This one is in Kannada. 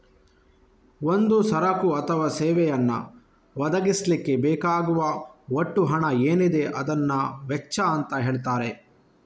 ಒಂದು ಸರಕು ಅಥವಾ ಸೇವೆಯನ್ನ ಒದಗಿಸ್ಲಿಕ್ಕೆ ಬೇಕಾಗುವ ಒಟ್ಟು ಹಣ ಏನಿದೆ ಅದನ್ನ ವೆಚ್ಚ ಅಂತ ಹೇಳ್ತಾರೆ